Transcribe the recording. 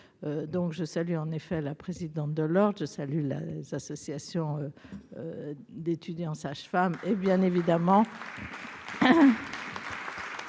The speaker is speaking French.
donc je salue en effet, la présidente de l'Ordre je salue la s', associations d'étudiants sages-femmes et bien évidemment.